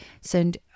send